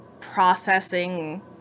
processing